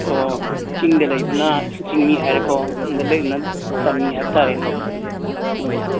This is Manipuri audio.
ꯑꯣ ꯆꯤꯡꯗ ꯂꯩꯕꯅ ꯆꯤꯡꯃꯤ ꯍꯥꯏꯔꯦꯀꯣ ꯇꯝꯗ ꯂꯩꯕꯅ ꯇꯝꯃꯤ ꯍꯥꯏꯕꯇꯥꯔꯦꯅꯦ ꯎꯝ